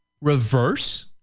reverse